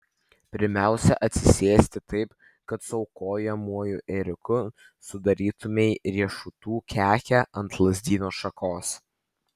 pirmiausia atsisėsti taip kad su aukojamuoju ėriuku sudarytumei riešutų kekę ant lazdyno šakos